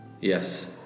Yes